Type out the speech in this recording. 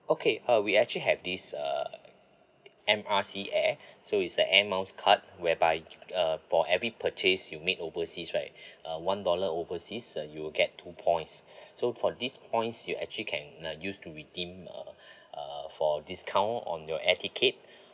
okay uh we actually have this uh M R C air so it's a Air Miles card whereby uh for every purchase you make overseas right uh one dollar overseas and you'll get two points so for these points you actually can uh use to redeem uh uh for discount on your air ticket